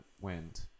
went